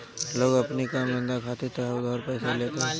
लोग अपनी काम धंधा खातिर तअ उधार पइसा लेते हवे